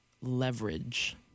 leverage